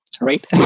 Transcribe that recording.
right